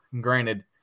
granted